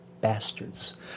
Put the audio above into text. bastards